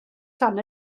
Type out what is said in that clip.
tan